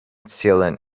sealant